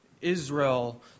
Israel